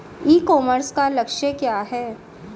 E commerce का लक्ष्य क्या है?